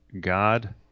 God